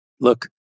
look